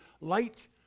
light